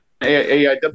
AIW